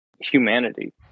humanity